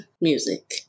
music